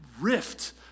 rift